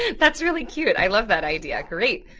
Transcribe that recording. and that's really cute, i love that idea. great.